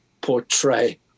portray